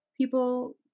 people